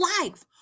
life